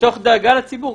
מתוך דאגה לציבור.